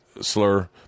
slur